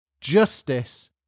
justice